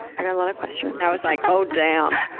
i got a lot of questions. i was like, oh damn!